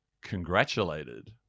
congratulated